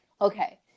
okay